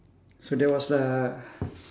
so that was uh